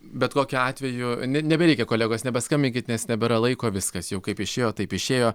bet kokiu atveju ne nebereikia kolegos nebeskambinkit nes nebėra laiko viskas jau kaip išėjo taip išėjo